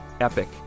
Epic